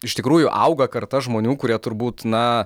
iš tikrųjų auga karta žmonių kurie turbūt na